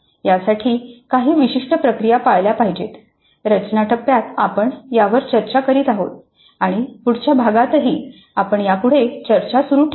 त्यासाठी काही विशिष्ट प्रक्रिया पाळल्या पाहिजेत रचना टप्प्यात आपण यावर चर्चा करत आहोत आणि पुढच्या भागातही आपण यापुढे चर्चा सुरू ठेवू